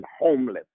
homeless